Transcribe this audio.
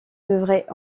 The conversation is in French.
devrait